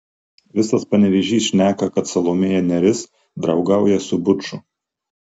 visas panevėžys šneka kad salomėja nėris draugauja su buču